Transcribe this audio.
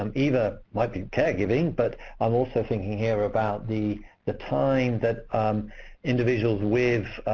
um either, might be caregiving, but i'm also thinking here about the the time that individuals with,